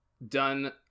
Done